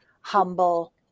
humble